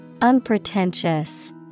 Unpretentious